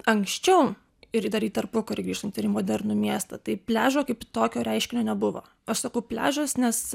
anksčiau ir į dar į tarpukarį grįžtanant ir į modernų miestą tai pliažo kaip tokio reiškinio nebuvo aš sakau pliažas nes